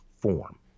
Form